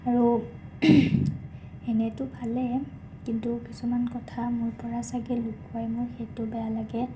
আৰু এনেইটো ভালেই কিন্তু কিছুমান কথা মোৰ পৰা চাগে লুকুৱাই মোৰ সেইটো বেয়া লাগে